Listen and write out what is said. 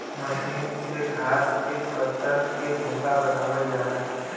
मसीन से घास के कतर के भूसा बनावल जाला